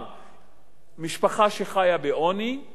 משפחה שחיה בעוני, אם היא מצליחה